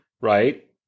right